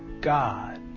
God